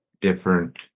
different